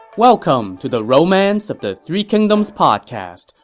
welcome to the romance of the three kingdoms podcast.